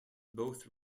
both